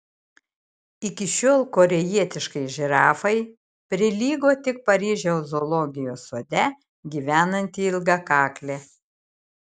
iki šiol korėjietiškai žirafai prilygo tik paryžiaus zoologijos sode gyvenanti ilgakaklė